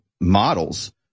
models